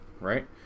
right